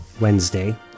Wednesday